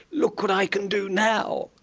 look what i can do now!